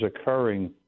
occurring